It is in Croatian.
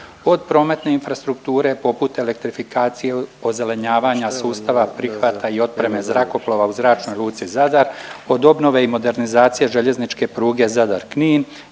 od prometne infrastrukture poput elektrifikacije, ozelenjavanja sustava prihvata i otpreme zrakoplova u Zračnoj luci Zadar, od obnove i modernizacije željezničke pruge Zadar-Knin,